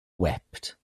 wept